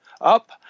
up